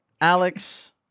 Alex